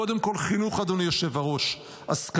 קודם כול חינוך, אדוני היושב-ראש: השכלה,